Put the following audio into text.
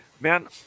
man